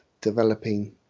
developing